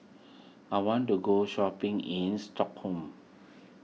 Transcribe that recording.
I want to go shopping in Stockholm